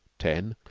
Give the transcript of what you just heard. ten,